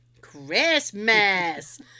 Christmas